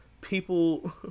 people